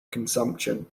consumption